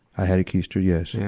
i had it keistered, yes. yeah